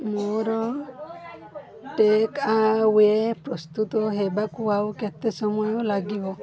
ମୋର take away ପ୍ରସ୍ତୁତ ହେବାକୁ ଆଉ କେତେ ସମୟ ଲାଗିବ